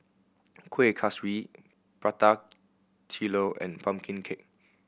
Kuih Kaswi Prata Telur and pumpkin cake